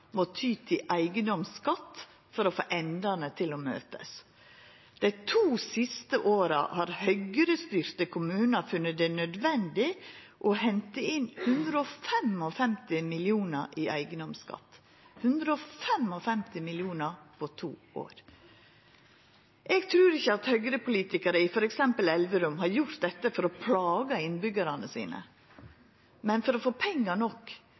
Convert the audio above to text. må ty til eigedomsskatt for å få endane til å møtast. Dei to siste åra har høgrestyrte kommunar funne det nødvendig å henta inn 155 mill. kr i eigedomsskatt – 155 mill. kr på to år. Eg trur ikkje at høgrepolitikarar i f.eks. Elverum har gjort dette for å plaga innbyggjarane sine, men for å få pengar nok